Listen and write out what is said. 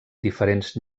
diferents